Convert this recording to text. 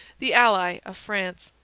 the ally of france.